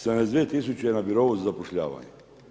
72000 je na birou za zapošljavanje.